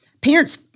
parents